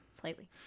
Slightly